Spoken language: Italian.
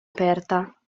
aperta